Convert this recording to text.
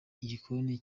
igikoni